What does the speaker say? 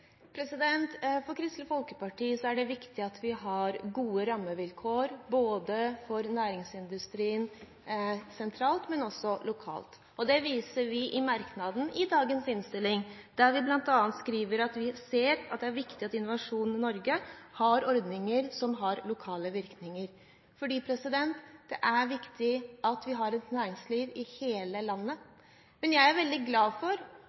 For Kristelig Folkeparti er det viktig at vi har gode rammevilkår for næringsindustrien sentralt, men også lokalt. Det viser vi i merknaden i dagens innstilling der vi bl.a. skriver at vi ser det som viktig at Innovasjon Norge har ordninger som har «lokale ringvirkninger». Det er viktig at vi har et næringsliv i hele landet. Jeg er veldig glad for